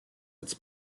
its